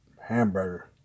hamburger